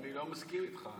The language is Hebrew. אני לא מסכים איתך.